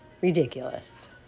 ridiculous